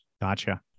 Gotcha